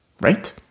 right